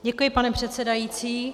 Děkuji, pane předsedající.